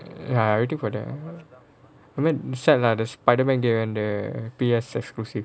ya I waiting for that a bit sad ah the spiderman and the and the P_S exclusive